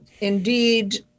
indeed